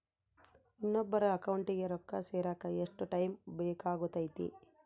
ಇನ್ನೊಬ್ಬರ ಅಕೌಂಟಿಗೆ ರೊಕ್ಕ ಸೇರಕ ಎಷ್ಟು ಟೈಮ್ ಬೇಕಾಗುತೈತಿ?